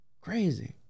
Crazy